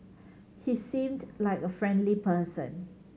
he seemed like a friendly person